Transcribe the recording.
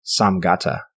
Samgata